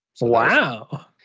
wow